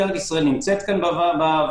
משטרת ישראל נמצאת כאן בוועדה,